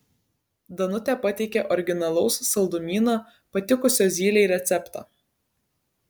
danutė pateikė originalaus saldumyno patikusio zylei receptą